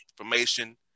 information